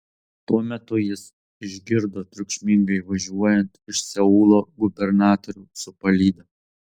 tuo metu jis išgirdo triukšmingai važiuojant iš seulo gubernatorių su palyda